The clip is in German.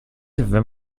wenn